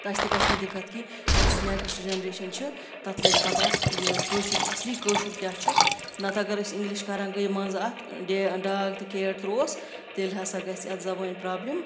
تہٕ اَسہِ تہِ گژھِ نہٕ دِقَت کِہیٖنۍ یُس نیکسٹ جیٚنریشَن چھِ تَتھ لَگہِ پَتہ یہِ کٲشُر اَصلی کٲشُر کیا چھُ نَتہٕ اگر أسۍ اِنگلِش کَران گٔے منٛزٕ اَتھ ڈے ڈاگ تہٕ کیٹ ترٛووُس تیٚلہِ ہَسا گژھِ اَتھ زبانہِ پرٛابلِم